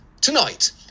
tonight